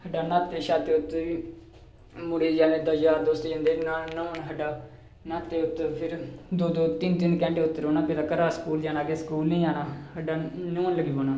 खड्ढै न्हाते शाते उत्थै दे मुड़े यार दोस्त जंदे हे न्हान न्हौन खड्ढा न्हाते उत्थै फिर दो तिन तिन घैंटे उत्थै रौह्ना पेदा घरा दा स्कूल जाना अग्गें स्कूल नी जाना खड्ढै न्हौन लगी पौना